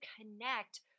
connect